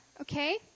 okay